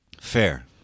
Fair